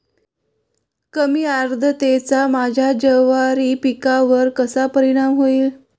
कमी आर्द्रतेचा माझ्या ज्वारी पिकावर कसा परिणाम होईल?